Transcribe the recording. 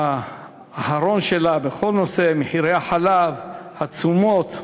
האחרון שלה בכל נושא מחירי החלב, התשומות,